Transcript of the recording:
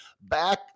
back